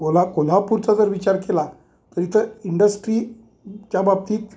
Cola कोल्हापूरचा जर विचार केला तर इथं इंडस्ट्रीच्या बाबतीत